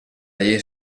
llei